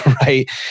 right